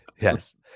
Yes